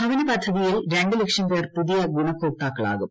ഭവന പദ്ധതിയിൽ രണ്ടു ലക്ഷം പേർ പുതിയ ഗുണഭോക്താക്കളാവും